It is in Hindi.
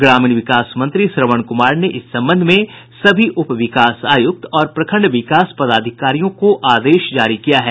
ग्रामीण विकास मंत्री श्रवण कुमार ने इस संबंध में सभी उप विकास आयुक्त और प्रखंड विकास पदाधिकारियों को आदेश जारी किया है